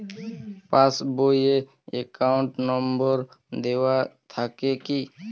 Pass বই এ account number দেওয়া থাকে কি?